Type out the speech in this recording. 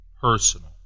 personal